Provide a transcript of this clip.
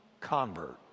convert